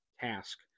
task